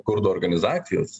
kurdų organizacijos